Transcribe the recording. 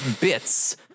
bits